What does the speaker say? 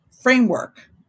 framework